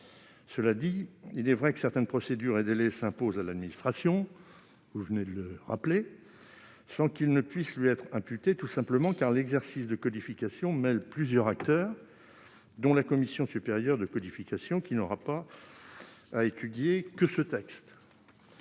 certains délais et certaines procédures s'imposent à l'administration, comme vous venez de le rappeler, sans qu'ils puissent lui être imputés. En effet, l'exercice de codification mêle plusieurs acteurs, dont la commission supérieure de codification, qui n'aura pas à étudier que ce texte.